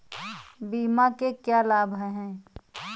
बीमा के क्या लाभ हैं?